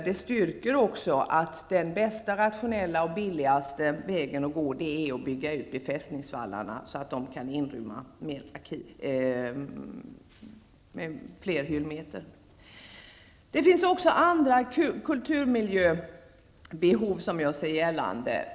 Det styrker också att den bästa, mest rationella och billigaste vägen att gå är att bygga ut befästningsvallarna, så att de kan inrymma fler hyllmetrar. Det finns också andra kulturmiljöbehov som gör sig gällande.